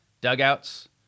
dugouts